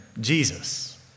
Jesus